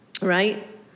right